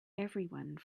everyone